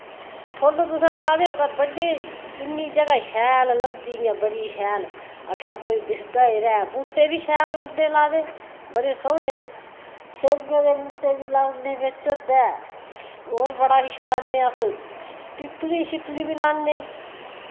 फुल्ल तुसें लादे होन तां बड्डे इन्नी जगह शैल लभदी इय्यां बड़ी शैल आक्खै कोई दिखदा ही रेह् बूह्टे बी शैल लगदे लादे बड़े सोह्ने स्यौ दे बूह्टे बी लाऊने बिच ओह्दै और बड़ा किश लाने अस पीपली शिपली बी लान्ने